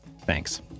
Thanks